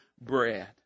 bread